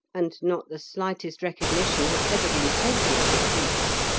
and not the slightest recognition had ever been taken of his feats,